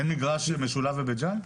אין מגרש משולב בבית ג'ן?